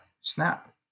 snap